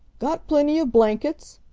got plenty of blankets?